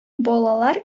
балалар